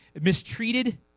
mistreated